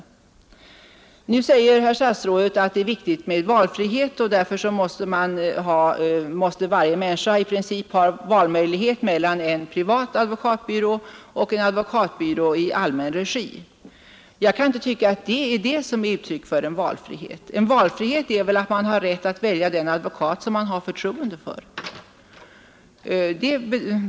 155 Nu säger herr statsrådet att det är viktigt med valfrihet, och därför måste varje människa i princip ha möjlighet att välja mellan en privat advokatbyrå och en advokatbyrå i allmän regi. Jag kan inte tycka att det är uttryck för en valfrihet. Valfrihet är väl att man har rätt att välja den advokat som man har förtroende för.